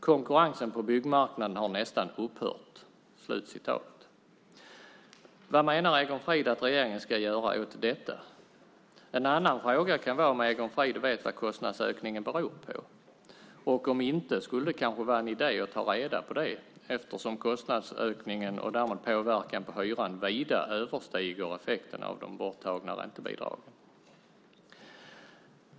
Konkurrensen på byggmarknaden har nästan upphört. Vad menar Egon Frid att regeringen ska göra åt detta? En annan fråga är om Egon Frid vet vad kostnadsökningen beror på. Om han inte vet det kan det vara en idé att ta reda på det eftersom kostnadsökningen och därmed påverkan på hyran vida överstiger effekterna av de borttagna räntebidragen.